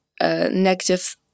Negative